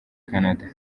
canada